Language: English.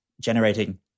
generating